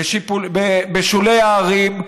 בשולי הערים,